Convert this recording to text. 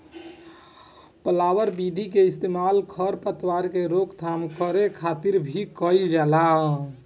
पलवार विधि के इस्तेमाल खर पतवार के रोकथाम करे खातिर भी कइल जाला